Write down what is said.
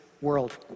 world